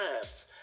France